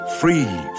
free